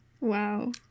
Wow